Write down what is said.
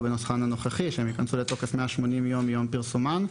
בנוסחן הנוכחי שהן ייכנסו לתוקף 180 יום מיום פרסומן.